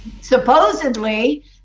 Supposedly